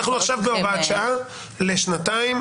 אנחנו עכשיו בהוראת שעה לשנתיים.